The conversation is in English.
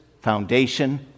foundation